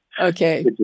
Okay